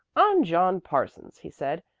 i'm john parsons, he said.